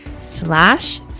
slash